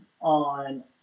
on